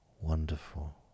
wonderful